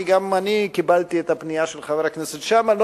כי גם אני קיבלתי את הפנייה של חבר הכנסת שאמה,